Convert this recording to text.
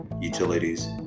utilities